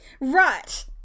Right